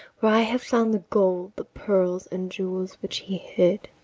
where i have found the gold, the pearls, and jewels, which he hid.